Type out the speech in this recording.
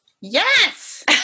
Yes